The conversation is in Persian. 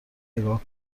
نگاه